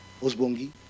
Osbongi